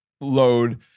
load